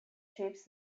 shapes